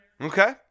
Okay